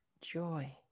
joy